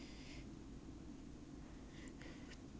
mm marketing first lor hopefully